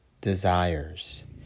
desires